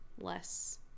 less